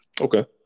Okay